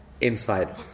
inside